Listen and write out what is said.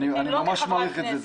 אני ממש מעריך את זה,